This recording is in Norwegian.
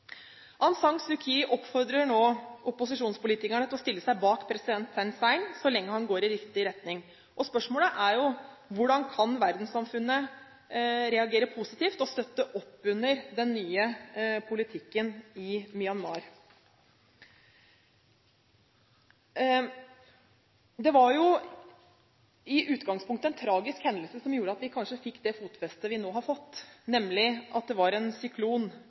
oppfordrer nå opposisjonspolitikerne til å stille seg bak president Thein Sein så lenge han går i riktig retning. Spørsmålet er hvordan verdenssamfunnet kan reagere positivt og støtte opp under den nye politikken i Myanmar. Det var i utgangspunktet en tragisk hendelse som gjorde at vi fikk det fotfestet vi nå har fått i området – nemlig en enorm katastrofe, en syklon